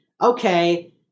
okay